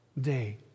day